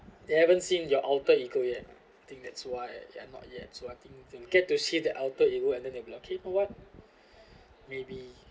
they haven't seen your alter ego yet I think that's why they are not yet so I think you get to see the alter ego and then they will okay or what maybe